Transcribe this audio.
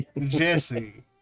Jesse